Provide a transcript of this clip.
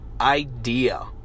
idea